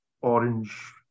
orange